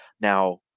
Now